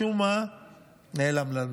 משום מה נעלם לנו.